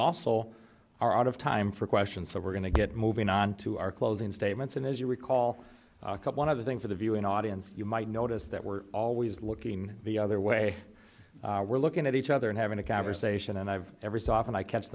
also are out of time for questions so we're going to get moving on to our closing statements and as you recall cup one of the thing for the viewing audience you might notice that we're always looking the other way we're looking at each other and having a conversation and i've ever so often i kept